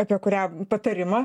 apie kurią patarimą